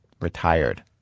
retired